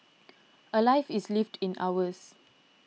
a life is lived in hours